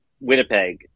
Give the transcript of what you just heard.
Winnipeg